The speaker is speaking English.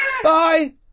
Bye